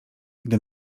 gdy